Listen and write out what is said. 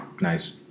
Nice